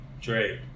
Drake